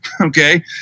Okay